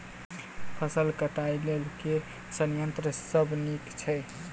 फसल कटाई लेल केँ संयंत्र सब नीक छै?